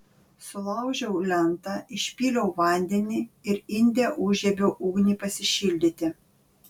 sulaužiau lentą išpyliau vandenį ir inde užžiebiau ugnį pasišildyti